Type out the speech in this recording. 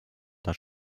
das